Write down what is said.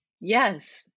Yes